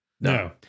No